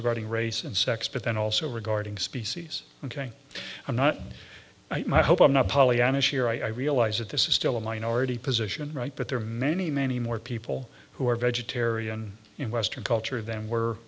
regarding race and sex but then also regarding species ok i'm not i hope i'm not pollyannish here i realize that this is still a minority position right but there are many many more people who are vegetarian in western culture of them were